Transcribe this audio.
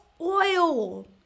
oil